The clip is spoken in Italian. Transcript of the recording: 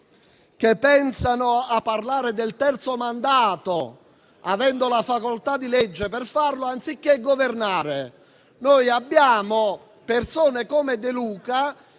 e a parlare di terzo mandato, avendo la facoltà di legge per farlo, anziché governare. Abbiamo persone come De Luca,